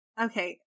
Okay